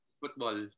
football